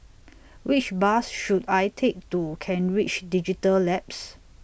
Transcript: Which Bus should I Take to Kent Ridge Digital Labs